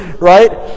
right